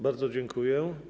Bardzo dziękuję.